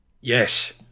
Yes